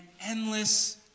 endless